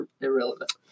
Irrelevant